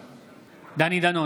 בעד דני דנון,